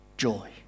joy